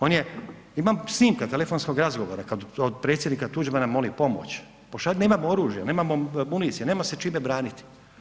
On je, imam snimka, telefonskog razgovora od predsjednika Tuđmana moli pomoć, pošalji, nemamo oružja, nemamo municije, nema se čime braniti.